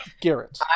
Garrett